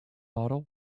model